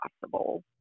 possible